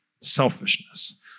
selfishness